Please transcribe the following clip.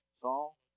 Saul